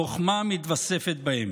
חוכמה מתווספת בהם,